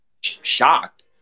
Shocked